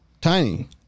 Tiny